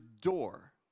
door